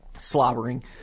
slobbering